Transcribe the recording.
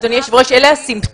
אדוני היושב ראש, אלה הסימפטומים.